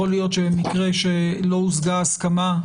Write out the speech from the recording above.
יכול להיות שמקרה שלא הושגה ההסכמה,